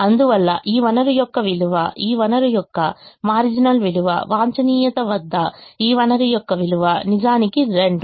అందువల్ల ఈ వనరు యొక్క విలువ ఈ వనరు యొక్క మారిజినల్ విలువ వాంఛనీయ వద్ద ఈ వనరు యొక్క విలువ నిజానికి 2